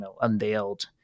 unveiled